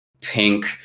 pink